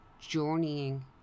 Journeying